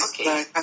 Okay